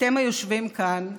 אתם היושבים כאן,